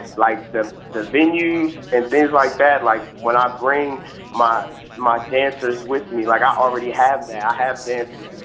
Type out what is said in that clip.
like the the venues, and things like that, like when i bring my my dancers with me. like i already have that, i have dancers,